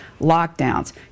lockdowns